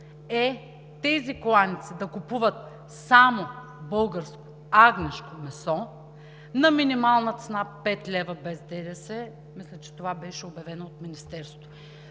е тези кланици да купуват само българско агнешко месо на минимална цена 5 лв. без ДДС. Мисля, че това беше обявено от Министерството.